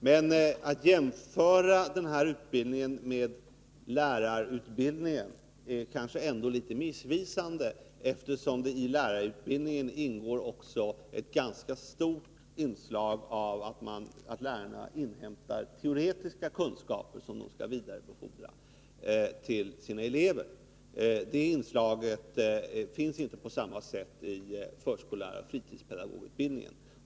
Men att jämföra den här utbildningen med lärarutbildningen är kanske ändå litet missvisande, eftersom det i lärarutbildningen också ingår ett ganska stort inslag av inhämtande av teoretiska kunskaper, som lärarna skall vidarebefordra till sina elever. Det inslaget finns inte på samma sätt i förskollärarutbildningen eller i fritidspedagogutbildningen.